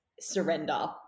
surrender